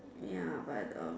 ya but uh